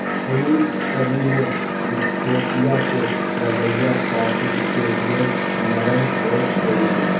उनइस सदी में इथोपिया के रवैया कॉफ़ी के लेल नरम हो गेलइ